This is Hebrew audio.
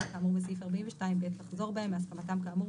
כאמור בסעיף 24(ב) לחזור בהם מהסכמתם כאמור,